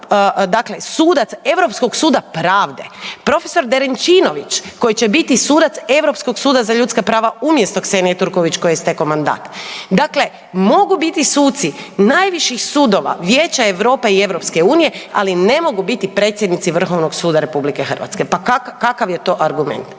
sada sudac Europskog suda pravde, profesor Derenčinović koji će biti sudac Europskog suda za ljudska prava umjesto Ksenija Turković kojoj je istekao mandat, dakle mogu biti suci najviših sudova Vijeća Europe i Europske unije, ali ne mogu biti predsjednici Vrhovnog suda Republike Hrvatske, pa kakav je to argument?